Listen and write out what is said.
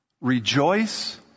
Rejoice